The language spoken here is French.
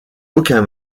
aucun